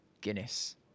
Guinness